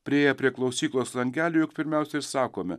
priėję prie klausyklos langelio jog pirmiausiai ir sakome